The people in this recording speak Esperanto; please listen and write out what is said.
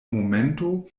momento